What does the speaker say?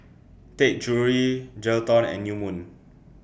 Taka Jewelry Geraldton and New Moon